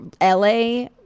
LA